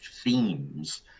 themes